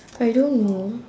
I don't know